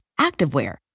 activewear